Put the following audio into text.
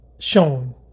Shown